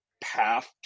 path